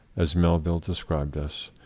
as melville de scribed us,